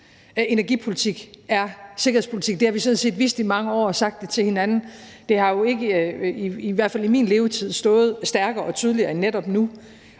energipolitik er sikkerhedspolitik, har vi sådan set vidst i mange år, og vi har sagt det til hinanden. Det har i hvert fald ikke i min levetid stået stærkere og tydeligere end netop nu,